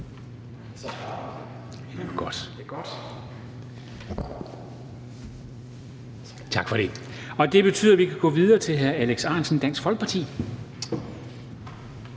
bemærkninger. Det betyder, at vi kan gå videre til hr. Alex Ahrendtsen, Dansk Folkeparti.